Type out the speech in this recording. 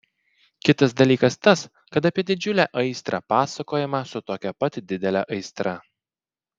kitas dalykas tas kad apie didžiulę aistrą pasakojama su tokia pat didele aistra